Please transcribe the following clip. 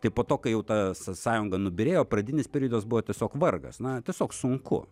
tai po to kai jau ta są sąjunga nubyrėjo pradinis periodas buvo tiesiog vargas na tiesiog sunku